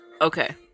Okay